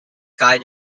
sky